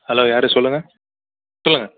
hello யார் சொல்லுங்கள் சொல்லுங்கள்